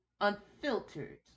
Unfiltered